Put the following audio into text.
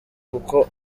kuko